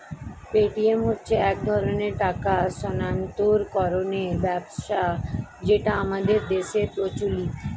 Paytm হচ্ছে এক ধরনের টাকা স্থানান্তরকরণের ব্যবস্থা যেটা আমাদের দেশের প্রচলিত